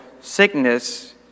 sickness